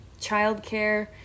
childcare